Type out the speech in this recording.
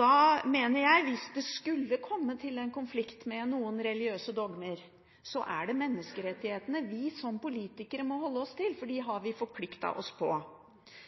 Da mener jeg, hvis det skulle komme til en konflikt med noen religiøse dommer, at det er menneskerettighetene vi som politikere må holde oss til, for